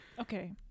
okay